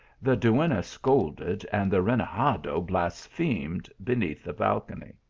the duenna scolded, and the renegado blasphemed beneath the balcony.